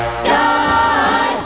sky